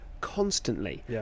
constantly